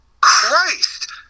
Christ